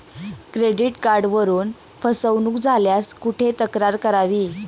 Credit कार्डवरून फसवणूक झाल्यास कुठे तक्रार करावी?